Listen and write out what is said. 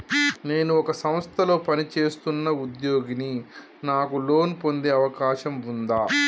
నేను ఒక సంస్థలో పనిచేస్తున్న ఉద్యోగిని నాకు లోను పొందే అవకాశం ఉందా?